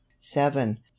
seven